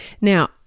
Now